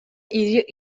ири